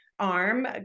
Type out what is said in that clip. arm